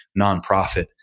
nonprofit